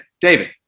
David